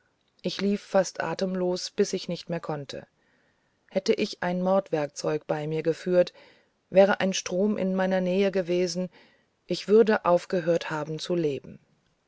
ich lief fast atemlos bis ich nicht mehr konnte hätte ich ein mordwerkzeug bei mir geführt wäre ein strom in meiner nähe gewesen ich wurde aufgehört haben zu leben